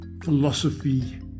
philosophy